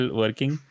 working